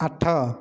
ଆଠ